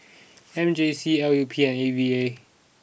M J C L U P and A V A